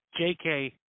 JK